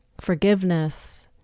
forgiveness